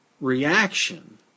reaction